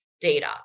data